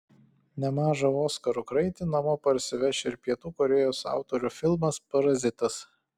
nemažą oskarų kraitį namo parsiveš ir pietų korėjos autorių filmas parazitas